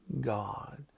God